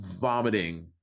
vomiting